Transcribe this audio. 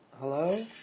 Hello